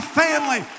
family